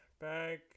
back